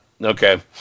Okay